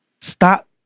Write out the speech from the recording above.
Stop